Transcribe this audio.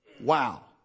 Wow